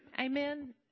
Amen